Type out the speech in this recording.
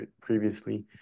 previously